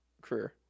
Career